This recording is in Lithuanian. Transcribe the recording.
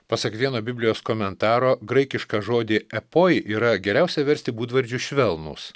pasak vieno biblijos komentaro graikišką žodį epoj yra geriausia versti būdvardžiu švelnūs